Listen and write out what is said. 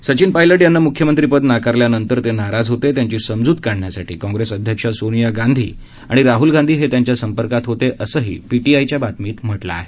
सचिन पायलट यांना मुख्यमंत्री पद नाकारल्यानंतर ते नाराज होते त्यांची समजूत काढण्यासाठी काँग्रेस अध्यक्ष सोनिया गांधी आणि राहल गांधी हे त्यांच्या संपर्कात होते असंही पीटीआयच्या बातमीत म्हटलं आहे